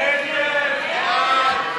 ההסתייגויות (14)